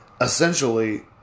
essentially